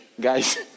guys